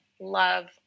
love